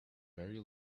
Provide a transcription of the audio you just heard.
very